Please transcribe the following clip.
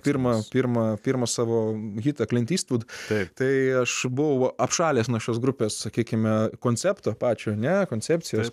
pirmą pirmą pirmą savo hitą klint istvud taip tai aš buvau apšalęs nuo šios grupės sakykime koncepto pačio ane koncepcijos